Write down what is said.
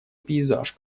пейзаж